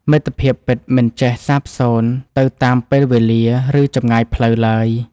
មិត្តភាពពិតមិនចេះសាបសូន្យទៅតាមពេលវេលា ឬចម្ងាយផ្លូវឡើយ។